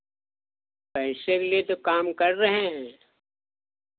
पैसे के लिए तो काम कर रहे हैं